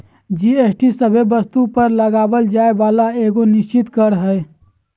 GST सभे वस्तु पर लगावल जाय वाला एगो निश्चित कर हय